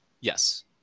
Yes